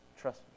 trust